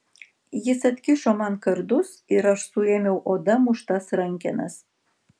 jis atkišo man kardus ir aš suėmiau oda muštas rankenas